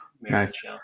Nice